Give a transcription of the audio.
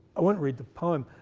i won't read the poem,